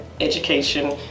education